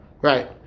right